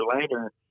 later